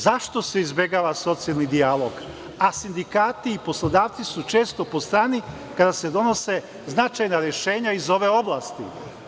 Zašto se izbegava socijalni dijalog, a sindikati i poslodavci su često po strani kada se donose značajna rešenja iz ove oblasti?